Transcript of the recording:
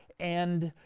and